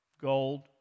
gold